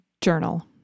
journal